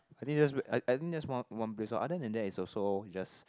I think that's I I think that's one one place orh other than that is also just